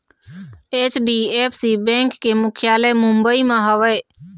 HDFC bank के मुख्यालय मुंबई म हवय